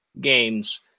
games